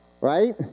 Right